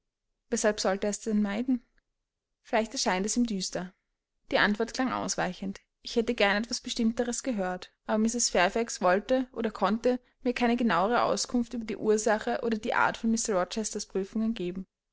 weshalb sollte er es denn meiden vielleicht erscheint es ihm düster die antwort klang ausweichend ich hätte gern etwas bestimmteres gehört aber mrs fairfax wollte oder konnte mir keine genauere auskunft über die ursache oder die art von mr rochesters prüfungen geben